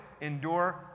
Endure